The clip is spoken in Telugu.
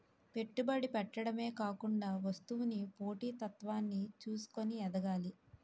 పెట్టుబడి పెట్టడమే కాకుండా వస్తువుకి పోటీ తత్వాన్ని చూసుకొని ఎదగాలి